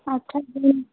আচ্ছা দিন